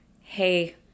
hey